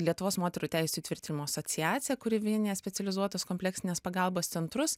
lietuvos moterų teisių įtvirtinimo asociacija kuri vienija specializuotos kompleksinės pagalbos centrus